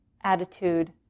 attitude